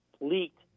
leaked